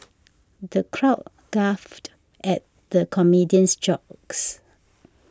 the crowd guffawed at the comedian's jokes